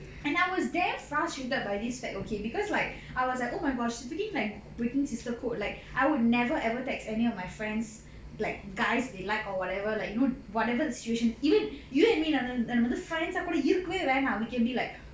and I was damn frustrated by this fact okay because like I was like oh my gosh speaking like breaking sister code like I would never ever text any of my friends like guys they like or whatever like you know whatever the situation you get what I mean even நம்ம வந்து:namma vandhu friends ah கூட இருக்கவே வேணா:kooda irukkave venaa we can be like